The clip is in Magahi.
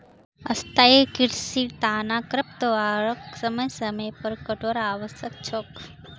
स्थाई कृषिर तना खरपतवारक समय समय पर काटवार आवश्यक छोक